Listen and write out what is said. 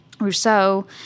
Rousseau